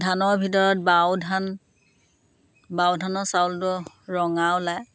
ধানৰ ভিতৰত বাও ধান বাও ধানৰ চাউলটো ৰঙা ওলায়